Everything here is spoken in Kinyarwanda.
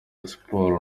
siporo